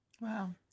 Wow